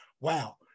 wow